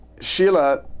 Sheila